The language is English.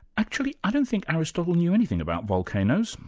actually, i don't think aristotle knew anything about volcanoes,